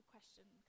question